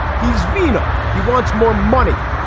he's venal. he wants more money.